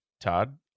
Todd